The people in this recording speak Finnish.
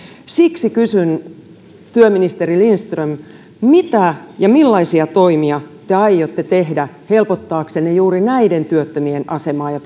siksi kysyn työministeri lindström mitä ja millaisia toimia te aiotte tehdä helpottaaksenne juuri näiden työttömien asemaa ja